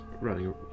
running